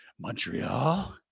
Montreal